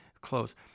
close